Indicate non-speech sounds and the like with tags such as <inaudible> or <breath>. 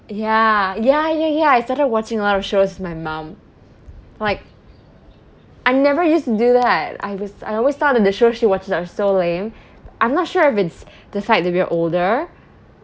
ya ya ya ya I started watching a lot of shows with my mom like I never used to do that I was I always thought that the shows she watches are so lame <breath> I'm not sure if it's the fact that we're older